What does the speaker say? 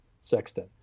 Sexton